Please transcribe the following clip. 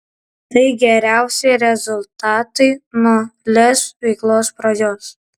tai geriausi rezultatai nuo lez veiklos pradžios